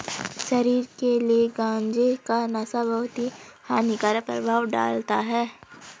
शरीर के लिए गांजे का नशा बहुत ही हानिकारक प्रभाव डालता है